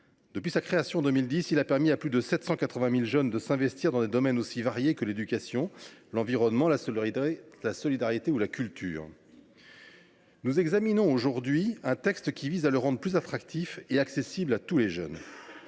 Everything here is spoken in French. Depuis sa création en 2010, ce dispositif a permis à plus de 780 000 jeunes de s’investir dans des domaines aussi variés que l’éducation, l’environnement, la solidarité ou la culture. Nous examinons aujourd’hui un texte qui vise à le rendre plus attractif et accessible à tous les jeunes.